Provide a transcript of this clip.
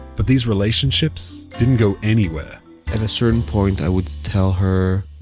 but these relationships didn't go anywhere at a certain point, i would tell her,